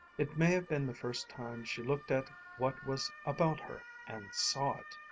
it may have been the first time she looked at what was about her, and saw it.